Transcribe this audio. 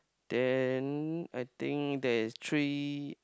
then I think there is three